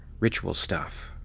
ritual stuff.